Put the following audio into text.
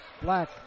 Black